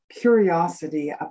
curiosity